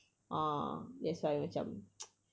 ah that's why macam